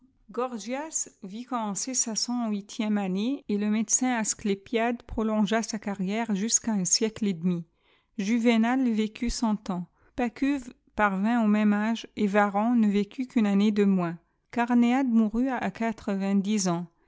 sa cent huitième année et le médecin as clépiade prolongea sa carrière jusqu'à un siècle et demi juvénal vécut cent ans pacuve parvint au même ge et varron ne vécut qu une année de moins caméades mourut à quatre ving dix ans